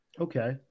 Okay